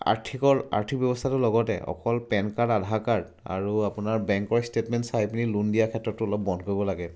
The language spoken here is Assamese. আৰ্থিকৰ আৰ্থিক ব্যৱস্থাটো লগতে অকল পেন কাৰ্ড আধাৰ কাৰ্ড আৰু আপোনাৰ বেংকৰ ষ্টেটমেণ্ট চাই পিনি লোন দিয়াৰ ক্ষেত্ৰতো অলপ বন্ধ কৰিব লাগে